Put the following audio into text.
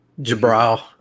Jabral